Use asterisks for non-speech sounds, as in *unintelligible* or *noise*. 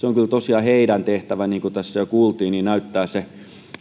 *unintelligible* on kyllä tosiaan heidän tehtävänsä niin kuin tässä jo kuultiin näyttää se